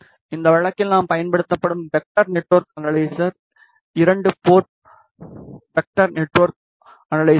இந்த வழக்கில் நாம் பயன்படுத்தும் வெக்டர் நெட்வொர்க் அனலைசர் இரண்டு போர்ட் வெக்டர் நெட்வொர்க் அனலைசர் ஆகும்